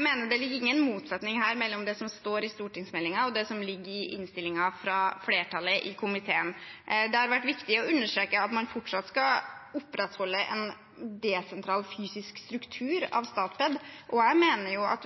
mener at det ligger ingen motsetning her mellom det som står i stortingsmeldingen, og det som ligger i innstillingen fra flertallet i komiteen. Det har vært viktig å understreke at man fortsatt skal opprettholde en desentral fysisk struktur av Statped, og jeg mener at